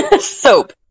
Soap